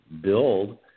build